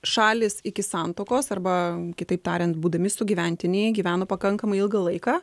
šalys iki santuokos arba kitaip tariant būdami sugyventiniai gyveno pakankamai ilgą laiką